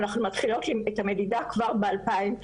אנחנו מתחילות את המדידה כבר ב- 2004,